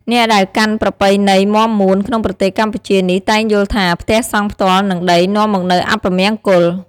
អ្នកដែលកាន់ប្រពៃណីមាំមួនក្នុងប្រទេសកម្ពុជានេះតែងយល់ថា ផ្ទះសង់ផ្ទាល់នឹងដីនាំមកនូវអពមង្គល។